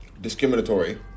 discriminatory